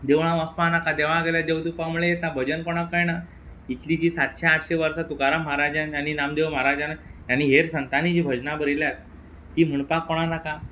देवळा वचपा नाका देवळा गेल्या देव तूं पाव म्हळ्या येता भजन कोणाक कळना इतलीं तीं सातशे आटशे वर्सां तुकाराम म्हाराजान आनी नामदेव म्हाराजान आनी हेर संतानी जीं भजनां बरयल्यात तीं म्हुणपाक कोणा नाका